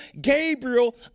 Gabriel